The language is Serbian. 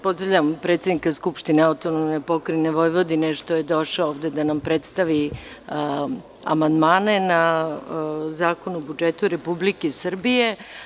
Pozdravljam predsednika Skupštine AP Vojvodine, što je došao ovde da nam predstavi amandmane na Zakon o budžetu Republike Srbije.